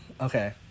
Okay